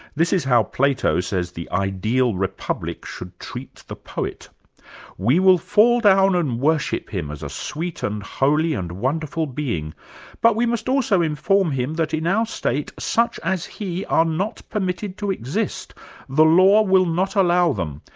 this is how plato says the ideal republic should treat the poet we will fall down and worship him as a sweet and holy and wonderful being but we must also inform him that in our state such as he are not permitted to exist the law will not allow them.